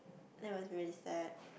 that was really sad